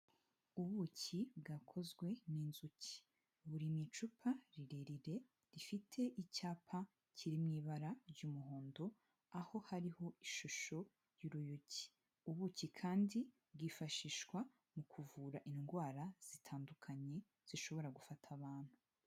Ubuki bwakozwe n'inzuki. Buri mu icupa rirerire rifite icyapa kiri mu ibara ry'umuhondo aho hariho ishusho y'uruyuki. Ubuki kandi bwifashishwa mu kuvura indwara zitandukanye zishobora gufata abantu.